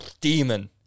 demon